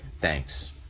Thanks